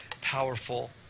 powerful